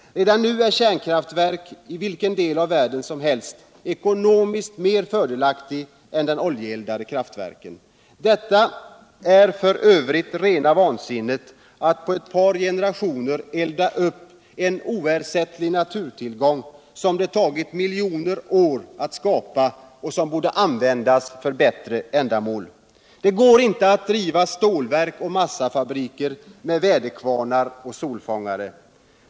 Redan nu är kärnkraftverk i vilken del av världen som helst ekonomiskt mera fördelaktiga än de oljeeldade kraftverken. Det är f. ö. rena vansinnet att på ett par generationer elda upp en oersättlig natunillgång, som det tagit miljoner år att skapa och som borde användas för bättre ändamål. Det går inte att driva stälverk och massafabriker med väderkvarnar och solfångare.